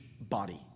body